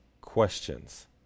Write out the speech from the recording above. questions